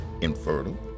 infertile